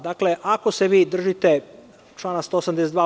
Dakle, ako se vi držite člana 182.